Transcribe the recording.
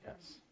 yes